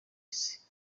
isi